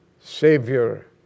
Savior